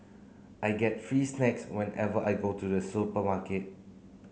I get free snacks whenever I go to the supermarket